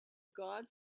gods